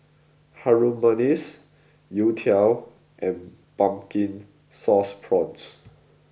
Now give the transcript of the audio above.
Harum Manis Youtiao and Pumpkin Sauce Prawns